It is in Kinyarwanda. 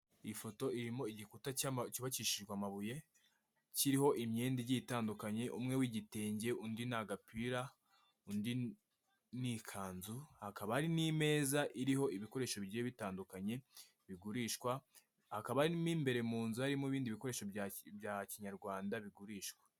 Iyi foto iriho igikuta cyubakishijwe amabuye, kiriho imyenda igi itandukanye, umwe w'igitenge, undi ni agapira, undi ni ikanzu, hakaba harimo imeza iriho ibikoresho bigiye bitandukanye bigurishwa, hakaba harimo imbere mu nzu harimo ibindi bikoresho bya kinyarwanda bigurishwa.